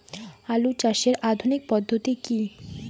আলু চাষের আধুনিক পদ্ধতি কি?